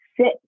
sit